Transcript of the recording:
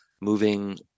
Moving